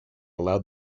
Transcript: allowed